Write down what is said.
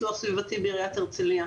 פיתוח סביבתי בעירית הרצליה.